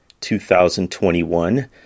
2021